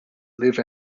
live